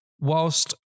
whilst